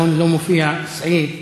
ואתה מבטל להם את זה אחרי שהם שילמו 25 שנה,